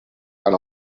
fan